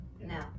No